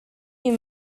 you